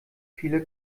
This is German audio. viele